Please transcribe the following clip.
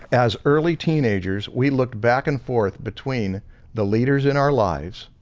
as early teenagers, we looked back and forth between the leaders in our lives,